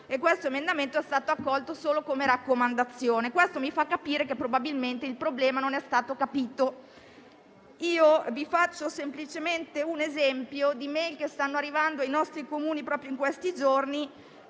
del giorno è stato accolto solo come raccomandazione; ciò mi fa capire che probabilmente il problema non è stato compreso. Vi faccio semplicemente un esempio, preso dalle *email* che stanno arrivando ai nostri Comuni proprio in questi giorni: